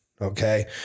okay